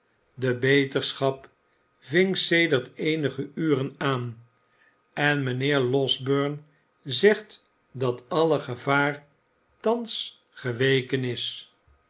de beterschap ving sedert eenige uren aan en mijnheer losberne zegt dat alle gevaar thans geweken is